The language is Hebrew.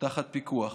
תחת פיקוח.